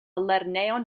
lernejon